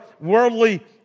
worldly